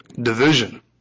division